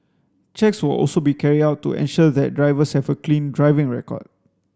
checks will also be carried out to ensure that drivers have a clean driving record